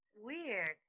weird